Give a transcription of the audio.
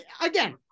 again